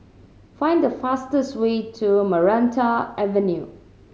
find the fastest way to Maranta Avenue